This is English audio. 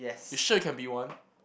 you sure you can be one